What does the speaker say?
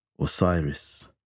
Osiris